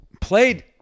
played